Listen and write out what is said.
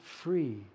free